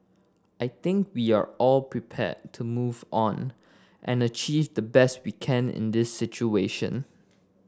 I think we are all prepared to move on and achieve the best we can in this situation